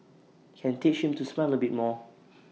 can teach him to smile A bit more